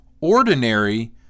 Ordinary